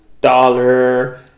dollar